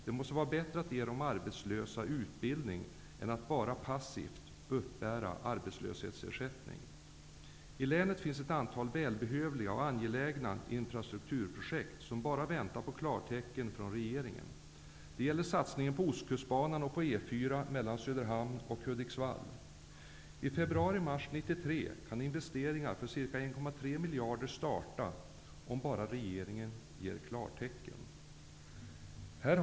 Det måste vara bättre att ge de arbetslösa utbildning än att de bara passivt uppbär arbetslöshetsersättning. I länet finns ett antal välbehövliga och angelägna infrastrukturprojekt, som bara väntar på klartecken från regeringen. Det gäller satsningen på Ostkustbanan och på E 4 mellan Söderhamn och Hudiksvall. I februari-mars 1993 kan investeringar för ca 1,3 miljarder starta om bara regeringen ger klartecken.